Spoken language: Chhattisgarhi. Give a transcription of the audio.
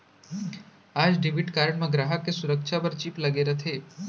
आज डेबिट कारड म गराहक के सुरक्छा बर चिप लगे रथे